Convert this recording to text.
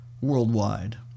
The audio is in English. worldwide